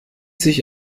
sich